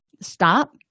stop